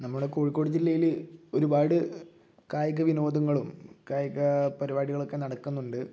നമ്മുടെ കോഴിക്കോട് ജില്ലയിൽ ഒരുപാട് കായിക വിനോദങ്ങളും കായിക പരിപാടികളൊക്കെ നടക്കുന്നുണ്ട്